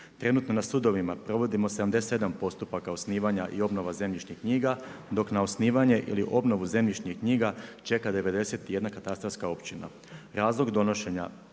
Trenutno na sudovima provodimo 77 postupaka osnivanja i obnova zemljišnih knjiga dok na osnivanje ili obnovu zemljišnih knjiga čeka 91 katastarska općina. Razlog donošenja